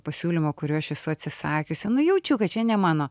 pasiūlymo kurio aš esu atsisakiusi nu jaučiu kad čia ne mano